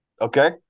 Okay